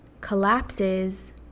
collapses